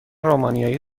رومانیایی